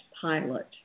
pilot